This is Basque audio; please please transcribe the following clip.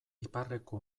iparreko